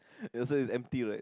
it also is empty right